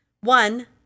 one